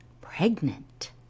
pregnant